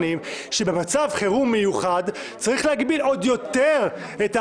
שבמצב חירום מיוחד צריך להגביל עוד יותר את ההפגנות,